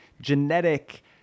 genetic